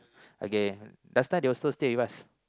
okay last time they also stay with us